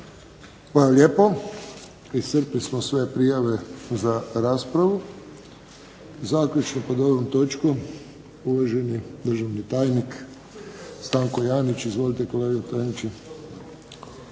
Hvala lijepo. Iscrpili smo sve prijave za raspravu. Zaključno pod ovom točkom uvaženi državni tajnik, Stanko Janić. Izvolite kolega tajniče.